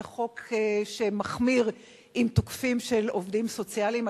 את החוק שמחמיר עם תוקפים של עובדים סוציאליים,